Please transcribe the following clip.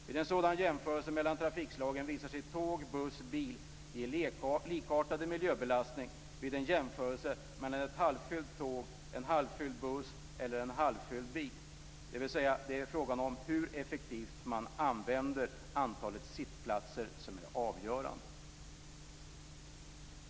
Vid en sådan jämförelse mellan trafikslagen visar sig tåg, buss, bil ge likartad miljöbelastning i förhållande till ett halvfullt tåg, en halvfull buss och en halvfull bil, dvs. att det avgörande är hur effektivt man använder antalet sittplatser.